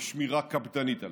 ושמירה קפדנית עליו.